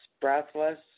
breathless